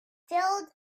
filled